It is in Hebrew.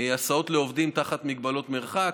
הסעות לעובדים תחת מגבלות מרחק,